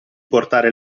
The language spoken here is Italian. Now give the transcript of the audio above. portare